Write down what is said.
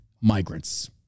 migrants